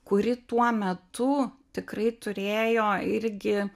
kuri tuo metu tikrai turėjo irgi